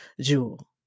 Jewel